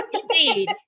Indeed